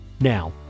Now